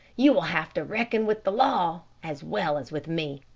you will have to reckon with the law as well as with me.